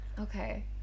Okay